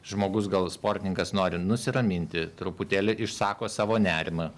žmogus gal sportininkas nori nusiraminti truputėlį išsako savo nerimą